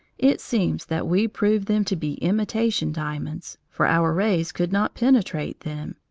it seems that we proved them to be imitation diamonds, for our rays could not penetrate them,